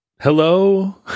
Hello